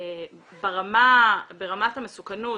ברמת המסוכנות,